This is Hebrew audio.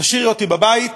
תשאירי אותי בבית,